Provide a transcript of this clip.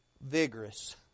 vigorous